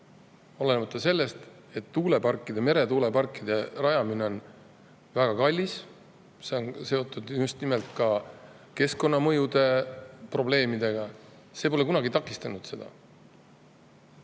olenemata sellest, et tuuleparkide, meretuuleparkide rajamine on väga kallis. See on seotud just nimelt ka keskkonnamõjude probleemiga. See pole kunagi seda takistanud.